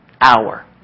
hour